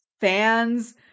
fans